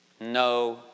No